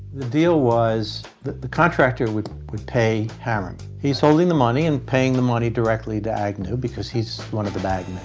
deal was the the contractor would would pay hammerman. he's holding the money and paying the money directly to agnew because he's one of the bag